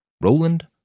Roland